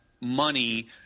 money